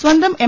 സ്വന്തം എം